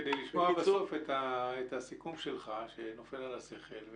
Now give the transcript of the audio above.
כדי לשמוע בסוף את הסיכום שלך שנופל על השכל.